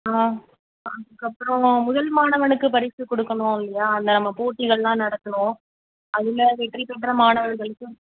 ஆ அதற்கப்பறம் முதல் மாணவனுக்கு பரிசு கொடுக்கணும் இல்லையா அந்த நம்ம போட்டிகள் எல்லாம் நடத்துகிறோம் அதில் வெற்றி பெற்ற மாணவர்களுக்கும்